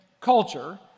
culture